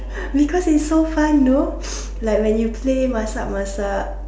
because it's so fun know like when you play masak masak